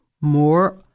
More